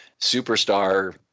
superstar